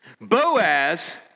Boaz